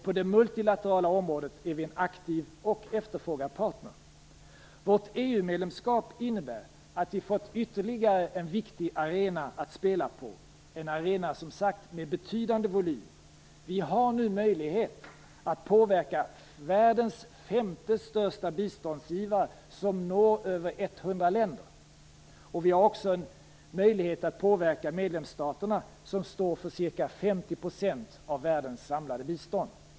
På det multilaterala området är vi en aktiv och efterfrågad partner. Vårt EU-medlemskap innebär att vi har fått ytterligare en viktig arena att spela på, en arena med betydande volym. Vi har nu möjlighet att påverka världens femte största biståndsgivare som når över 100 länder. Vi har också en möjlighet att påverka medlemsstaterna som står för ca 50 % av världens samlade bistånd.